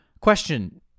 Question